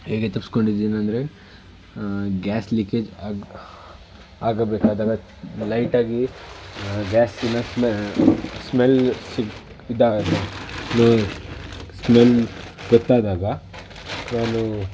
ಹೇಗೆ ತಪ್ಸ್ಕೊಂಡಿದೀನಿ ಅಂದರೆ ಗ್ಯಾಸ್ ಲೀಕೇಜ್ ಆಗಿ ಆಗಬೇಕಾದಾಗ ಲೈಟಾಗಿ ಗ್ಯಾಸಿನ ಸ್ಮೆಲ್ ಸ್ಮೆಲ್ ಇದು ಇದಾದರೆ ಸ್ಮೆಲ್ ಗೊತ್ತಾದಾಗ ನಾನು